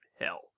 hell